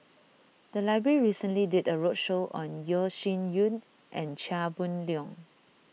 the library recently did a roadshow on Yeo Shih Yun and Chia Boon Leong